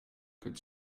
could